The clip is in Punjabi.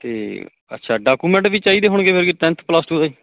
ਅਤੇ ਅੱਛਾ ਡਾਕੂਮੈਂਟ ਵੀ ਚਾਹੀਦੇ ਹੋਣਗੇ ਮਤਲਬ ਕਿ ਟੈਂਨਥ ਪਲੱਸ ਟੂ ਦੇ